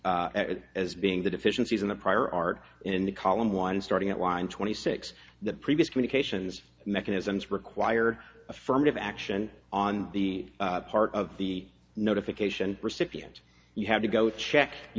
being as being the deficiencies in the prior art in the column one starting at line twenty six the previous communications mechanisms require affirmative action on the part of the notification recipient you have to go check you